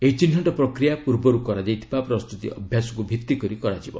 ଏହି ଚିହ୍ନଟ ପ୍ରକ୍ରିୟା ପ୍ରର୍ବରୁ କରାଯାଇଥିବା ପ୍ରସ୍ତୁତି ଅଭ୍ୟାସକୁ ଭିଭିକରି କରାଯିବ